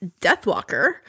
Deathwalker